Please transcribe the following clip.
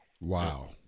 wow